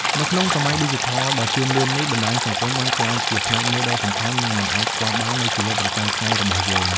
នៅក្នុងសម័យឌីជីថលដ៏ជឿនលឿននេះ បណ្ដាញសង្គមបានក្លាយជាផ្នែកមួយដ៏សំខាន់ និងមិនអាចខ្វះបាននៃជីវិតប្រចាំថ្ងៃរបស់យើង។